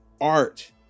art